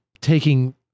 taking